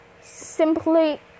simply